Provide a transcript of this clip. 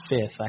fifth